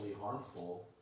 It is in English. harmful